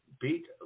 beat